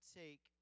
take